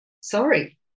sorry